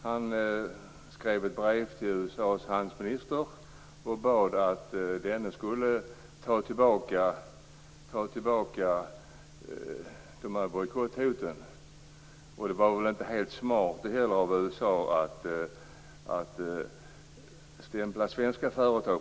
Han skrev ett brev till USA:s handelsminister och bad att denne skulle ta tillbaka bojkotthoten. Det var väl inte heller helt smart av USA att stämpla svenska företag.